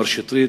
מר שטרית,